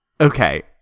Okay